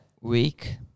week